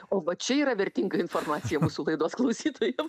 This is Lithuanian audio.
o va čia yra vertinga informacija mūsų laidos klausytojam